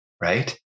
right